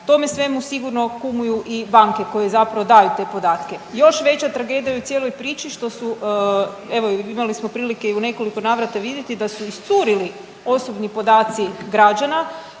Tome svemu sigurno kumuju i banke koje zapravo daju te podatke. Još veća tragedija u cijeloj priči što su evo imali smo prilike i u nekoliko navrata vidjeti da su iscurili osobni podaci građana,